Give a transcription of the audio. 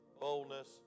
boldness